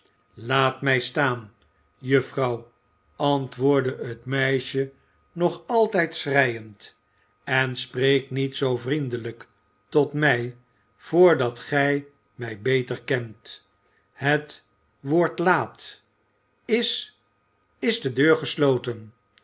laat mij staan mejuffrouw antwoordde het meisje nog altijd schreiend en spreekt niet zoo vriendelijk tot mij voordat gij mij beter kent het wordt laat is is de deur gesloten